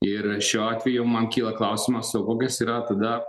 ir šiuo atveju man kyla klausimas o kokios yra tada